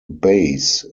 base